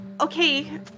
okay